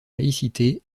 laïcité